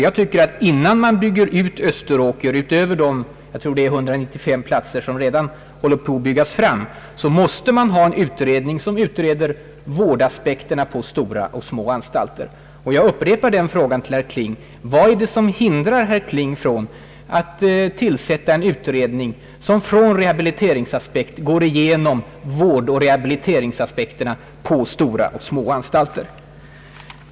Jag tycker att man, innan man bygger ut Österåker utöver de platser som redan håller på att byggas fram, måste ha en utredning av vårdaspekterna på stora och små anstalter. Jag upprepar den frågan till herr Kling: Vad är det som hindrar herr Kling att tillsätta en utredning som går igenom vårdoch rehabiliteringsaspekterna på stora och små anstalter?